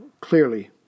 clearly